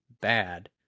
bad